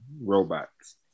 robots